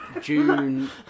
June